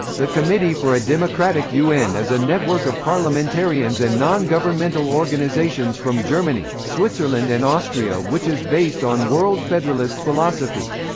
the committee for a democratic un is a network of parliamentarians and non-governmental organizations from germany, switzerland and austria which is based on world federalist philosophy.